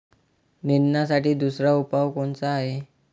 निंदनासाठी दुसरा उपाव कोनचा हाये?